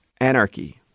Anarchy